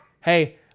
Hey